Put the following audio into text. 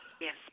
Yes